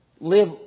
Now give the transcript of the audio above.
live